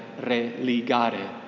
Religare